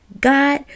God